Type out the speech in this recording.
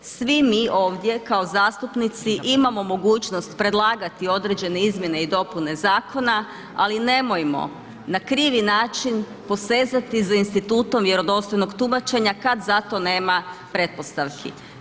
Svi mi ovdje kao zastupnici imamo mogućnost predlagati određene izmjene i dopune zakona, ali nemojmo na krivi način posezati za institutom vjerodostojnog tumačenja kad za to nema pretpostavki.